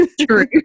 True